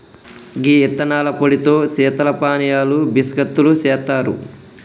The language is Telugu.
గీ యిత్తనాల పొడితో శీతల పానీయాలు బిస్కత్తులు సెత్తారు